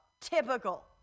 Typical